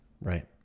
right